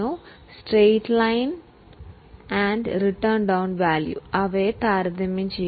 അവയെ താരതമ്യം ചെയ്യുക സ്ട്രൈറ്റ് ലൈൻ രീതി മറ്റും റിട്ടൺ ഡൌൺ രീതി